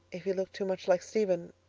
if he looked too much like stephen.